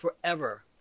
forever